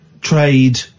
trade